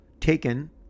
taken